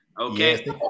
Okay